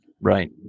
Right